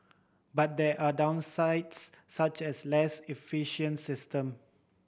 but there are downsides such as less efficient system